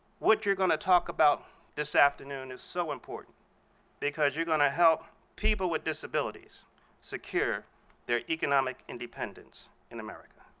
what you're going to talk about this afternoon is so important because you're going to help people with disabilities secure their economic independence in america.